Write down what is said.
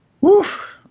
Woof